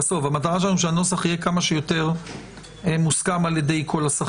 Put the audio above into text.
המטרה שלנו היא שהנוסח יהיה כמה שיותר מוסכם על כל השחקנים.